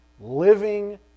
living